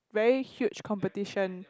very huge competition